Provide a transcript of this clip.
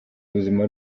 ubuzima